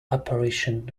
apparition